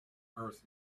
earth